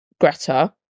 greta